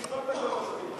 דיברת כבר מספיק,